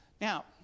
Now